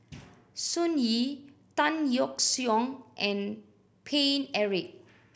Sun Yee Tan Yeok Seong and Paine Eric